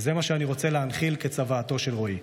זה מה שאני רוצה להנחיל כצוואתו של רועי.